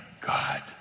God